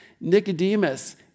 Nicodemus